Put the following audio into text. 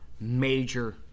major